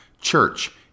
church